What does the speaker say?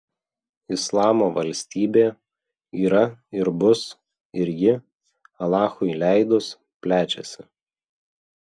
islamo valstybė yra ir bus ir ji alachui leidus plečiasi